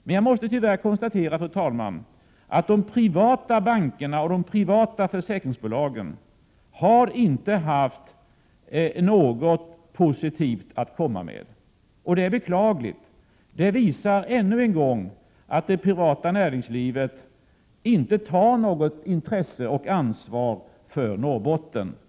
Men jag måste, fru talman, tyvärr konstatera att de privata bankerna och de privata försäkringsbolagen inte har haft något positivt att komma med. Detta visar ännu en gång att det privata näringslivet inte har något intresse och något ansvar för Norrbotten.